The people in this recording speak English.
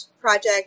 project